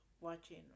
watching